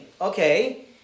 Okay